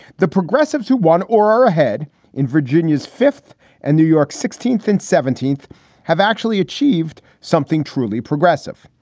the progressives who won or are ahead in virginia's fifth and new york's sixteenth and seventeenth have actually achieved something truly progressive.